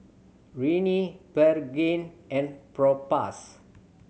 Rene Pregain and Propass